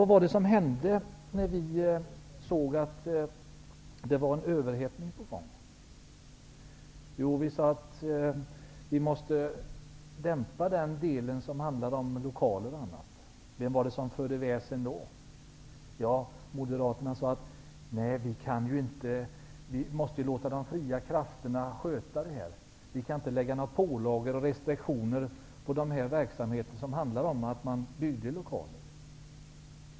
Vad var det som hände när vi såg att det var en överhettning på gång? Jo, vi sade att vi måste dämpa den del som handlar om lokaler. Vem var det som då förde väsen? Jo, Moderaterna sade: Vi måste låta de fria krafterna sköta detta. Vi kan inte lägga några pålagor eller restriktioner över verksamheter som innebär att det byggs lokaler.